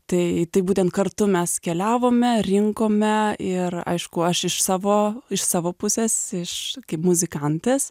tai tai būtent kartu mes keliavome rinkome ir aišku aš iš savo iš savo pusės iš kaip muzikantės